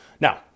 Now